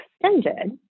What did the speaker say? extended